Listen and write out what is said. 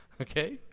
okay